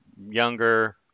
younger